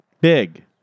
Big